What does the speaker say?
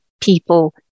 people